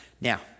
Now